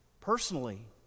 Personally